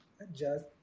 adjust